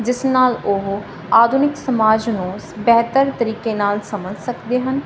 ਜਿਸ ਨਾਲ ਉਹ ਆਧੁਨਿਕ ਸਮਾਜ ਨੂੰ ਬਿਹਤਰ ਤਰੀਕੇ ਨਾਲ ਸਮਝ ਸਕਦੇ ਹਨ